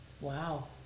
Wow